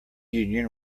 union